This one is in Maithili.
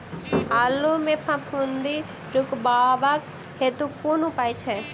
आलु मे फफूंदी रुकबाक हेतु कुन उपाय छै?